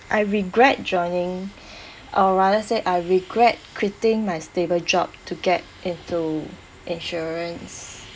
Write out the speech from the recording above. I regret joining or rather say I regret quitting my stable job to get into insurance